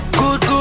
good